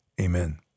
amen